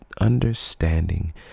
understanding